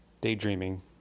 Daydreaming